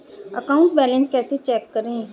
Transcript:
Account balance कैसे check करें?